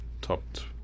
topped